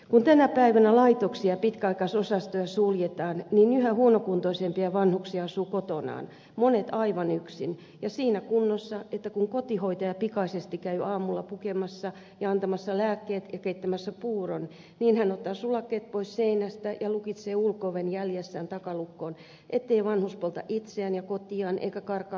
kun tänä päivänä laitoksia ja pitkäaikaisosastoja suljetaan niin yhä huonokuntoisempia vanhuksia asuu kotonaan monet aivan yksin ja siinä kunnossa että kun kotihoitaja pikaisesti käy aamulla pukemassa ja antamassa lääkkeet ja keittämässä puuron niin hän ottaa sulakkeet pois seinästä ja lukitsee ulko oven jäljessään takalukkoon ettei vanhus polta itseään ja kotiaan eikä karkaa ulos ja eksy